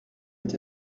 est